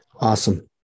Awesome